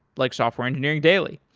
like software engineering daily.